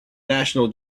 national